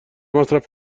مصرف